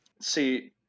See